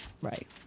right